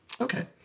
Okay